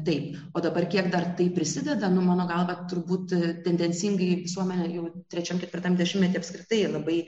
taip o dabar kiek dar tai prisideda nu mano galva turbūt tendencingai visuomenė jau trečiam ketvirtam dešimtmetyje apskritai labai